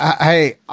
Hey